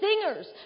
singers